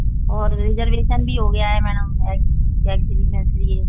और रिजर्वेशन भी हो गया है मैडम एक्च एक्चुअली में इसलिए